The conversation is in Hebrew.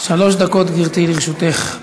שלוש דקות, גברתי, לרשותך.